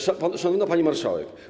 Szanowna Pani Marszałek!